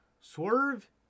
Swerve